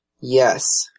Yes